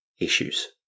issues